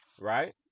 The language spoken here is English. Right